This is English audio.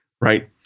right